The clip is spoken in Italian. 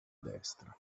destra